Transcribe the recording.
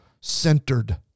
centered